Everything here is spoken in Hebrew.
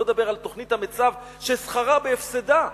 אני לא אדבר על תוכנית המיצ"ב, ששכרה בהפסדה.